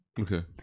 Okay